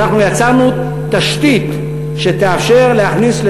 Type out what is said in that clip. אבל אנחנו יצרנו תשתית שתאפשר להכניס,